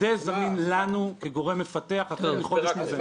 השדה זמין לנו כגורם מפתח החל מחודש נובמבר.